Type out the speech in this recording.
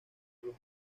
los